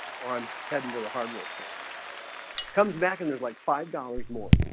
or i'm heading to the hardware store comes back and there's like five dollars more